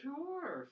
Sure